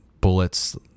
bullets